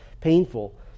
painful